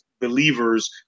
believers